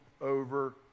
over